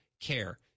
care